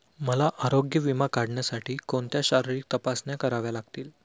मला आरोग्य विमा काढण्यासाठी कोणत्या शारीरिक तपासण्या कराव्या लागतील?